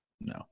No